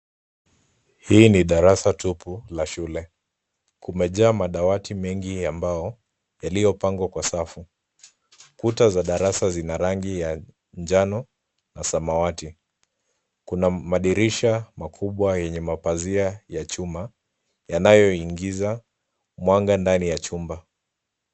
Hii ni darasa tupu la shule, kumejaa madawati mengi ya mbao yaliyopangwa kwa safu, kuta za darasa zina rangi ya njano na samawati, kuna madirisha makubwa yenye mapazia ya chuma yanayoingiza mwanga ndani ya chumba.